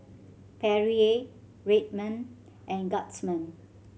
Perrier Red Man and Guardsman